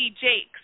Jakes